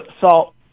Salt